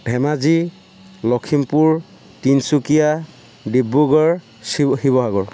ধেমাজি লখিমপুৰ তিনিচুকীয়া ডিব্ৰুগড় ছিৱ শিৱসাগৰ